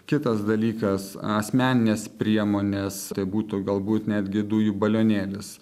kitas dalykas asmeninės priemonės būtų galbūt netgi dujų balionėlis